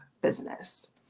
business